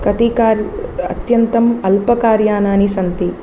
कति कार् अत्यन्तम् अल्पकार्यानानि सन्ति